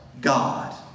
God